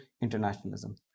Internationalism